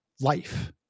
life